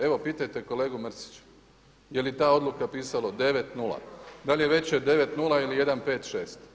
Evo pitajte kolegu Mrsića je li ta odluka pisala 9.0., da li je veće 9.0. ili 1.5.6.